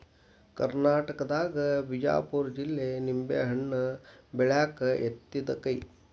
ಕರ್ನಾಟಕದಾಗ ಬಿಜಾಪುರ ಜಿಲ್ಲೆ ನಿಂಬೆಹಣ್ಣ ಬೆಳ್ಯಾಕ ಯತ್ತಿದ ಕೈ